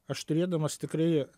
aš turėdamas tikrai